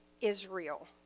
Israel